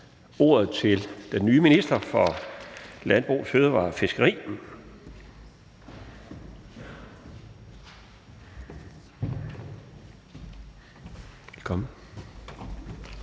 ordet til den nye minister for landbrug, fødevarer og fiskeri. Velkommen.